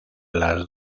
las